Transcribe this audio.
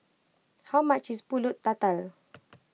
how much is Pulut Tatal